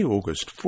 August